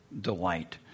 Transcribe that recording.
delight